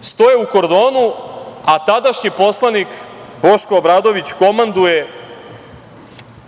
stoje u kordonu, a tadašnji poslanik Boško Obradović komanduje